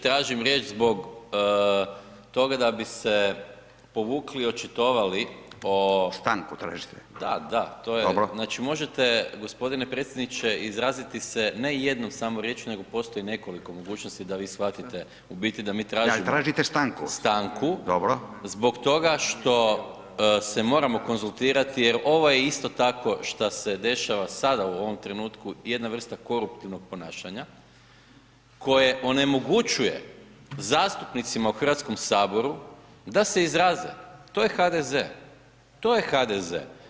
Tražim riječ zbog toga da bi se povukli i očitovali [[Upadica Radin: Stanku tražite?]] Da, da, to je [[Upadica Radin: Dobro.]] Znači možete gospodine predsjedniče izraziti se ne jednom samo riječju nego postoji nekoliko mogućnosti da vi shvatite u biti da mi tražimo [[Upadica Radin: Da, tražite stanku.]] stanku [[Upadica Radin: Dobro.]] Zbog toga što se moramo konzultirati jer ovo je isto tako što se dešava sada u ovom trenutku jedna vrsta koruptivnog ponašanja koje onemogućuje zastupnicima u Hrvatskom saboru da se izraze, to je HDZ, to je HDZ.